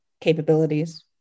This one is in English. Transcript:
capabilities